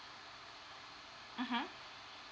mmhmm